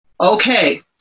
okay